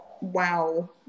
wow